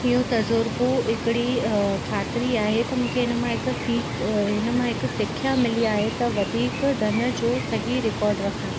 इहो तजुर्बो हिकिड़ी खातिरी आहे त मूंखे इन मां हिकु सिक इन मां हिकु सिखिया मिली आहे त वधीक धन जो सही रिकॉर्ड रखण